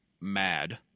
mad